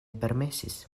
permesis